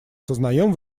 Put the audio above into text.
сознаем